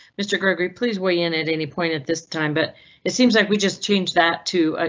mr gregory. please weigh in at any point at this time, but it seems like we just change that too. ah